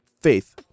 faith